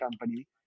company